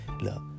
look